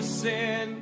sin